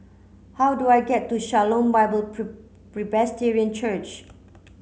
how do I get to Shalom Bible Presbyterian Church